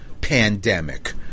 pandemic –